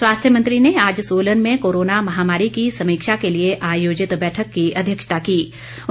स्वास्थ्य मंत्री आज सोलन में कोरोना महामारी की समीक्षा के लिए आयोजित बैठक की अध्यक्षता कर रहे थे